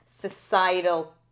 societal